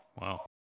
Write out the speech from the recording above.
Wow